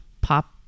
pop